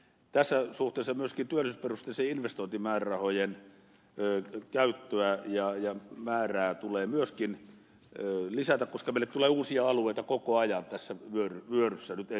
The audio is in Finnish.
tässä suhteessa myöskin työllisyysperusteisten investointimäärärahojen käyttöä ja määrää tulee lisätä koska meille tulee uusia alueita koko ajan tässä vyöryssä nyt eteen